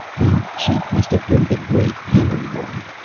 then she must have been the great hairy one,